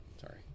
Sorry